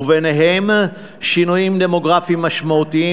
וביניהם שינויים דמוגרפיים משמעותיים,